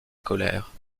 colère